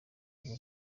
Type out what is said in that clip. bwo